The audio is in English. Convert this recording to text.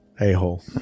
a-hole